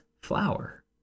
flower